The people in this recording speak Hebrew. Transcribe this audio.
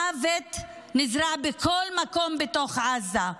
המוות נזרע בכל מקום בתוך עזה,